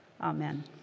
Amen